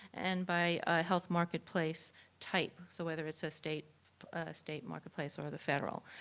and by health marketplace type. so whether it's a state state marketplace or the federal.